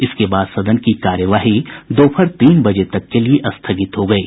इसके बाद सदन की कार्यवाही दोपहर तीन बजे तक के लिए स्थगित हो गयी